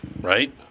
right